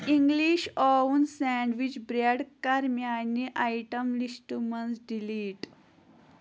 English oven sandwich bread کَر میانہِ item list منٛز ڈیلیٖٹ